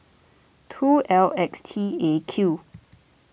two L X T A Q